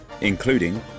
including